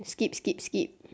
skip skip skip